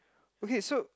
okay so